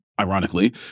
ironically